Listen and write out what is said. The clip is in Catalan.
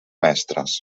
mestres